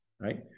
right